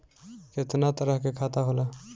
केतना तरह के खाता होला?